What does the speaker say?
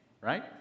right